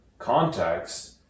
context